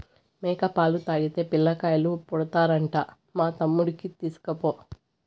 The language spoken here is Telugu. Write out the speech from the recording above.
మేక పాలు తాగితే పిల్లకాయలు పుడతారంట మా తమ్ముడికి తీస్కపో